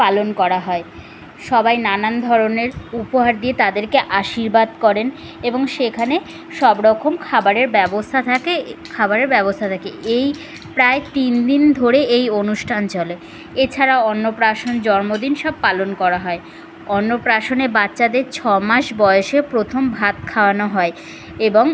পালন করা হয় সবাই নানান ধরনের উপহার দিয়ে তাদেরকে আশীর্বাদ করেন এবং সেখানে সব রকম খাবারের ব্যবস্থা থাকে এ খাবারের ব্যবস্থা থাকে এই প্রায় তিন দিন ধরে এই অনুষ্ঠান চলে এছাড়া অন্নপ্রাশন জন্মদিন সব পালন করা হয় অন্নপ্রাশনে বাচ্চাদের ছ মাস বয়সে প্রথম ভাত খাওয়ানো হয় এবং